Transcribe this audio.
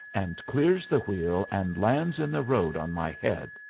and clears the wheel and lands in the road on my head.